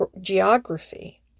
geography